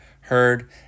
heard